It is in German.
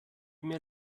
mir